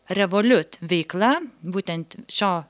revolut veikla būtent šio